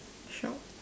sure